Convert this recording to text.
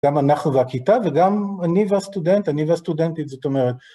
גם אנחנו והכיתה וגם אני והסטודנט, אני והסטודנטית, זאת אומרת.